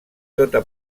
tota